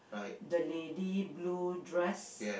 the lady blue dress